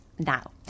Now